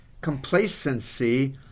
complacency